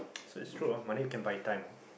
so it's true ah money come buy time ah